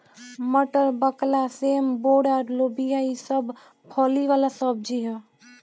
मटर, बकला, सेम, बोड़ा, लोबिया ई सब फली वाला सब्जी ह